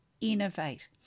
innovate